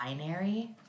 binary